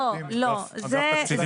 לא גם השינוי שנעשה בחוק,